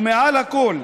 ומעל הכול,